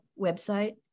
website